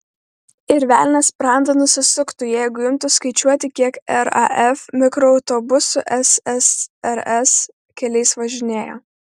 ir velnias sprandą nusisuktų jeigu imtų skaičiuoti kiek raf mikroautobusų ssrs keliais važinėjo